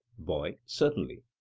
boy certainly.